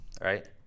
right